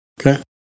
Okay